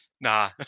Nah